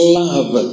love